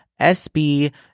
SB